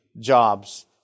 jobs